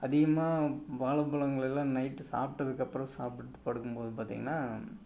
அதிகமாக வாழைப் பழங்களெல்லாம் நைட்டு சாப்பிட்டதுக்கப்பறம் சாப்பிட்டு படுக்கும் போது பார்த்தீங்கன்னா